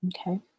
Okay